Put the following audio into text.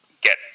get